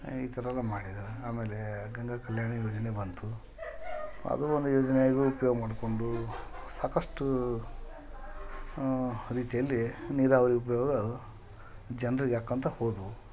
ಈ ಥರ ಎಲ್ಲ ಮಾಡಿದ್ರು ಆಮೇಲೆ ಗಂಗಾ ಕಲ್ಯಾಣ ಯೋಜನೆ ಬಂತು ಅದು ಒಂದು ಯೋಜನೇನು ಉಪ್ಯೋಗ ಮಾಡಿಕೊಂಡು ಸಾಕಷ್ಟು ರೀತಿಯಲ್ಲಿ ನೀರಾವರಿ ಉಪಯೋಗ ಜನ್ರಿಗೆ ಆಕ್ಕಂತ ಹೋದವು